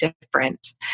different